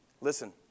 Listen